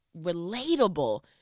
relatable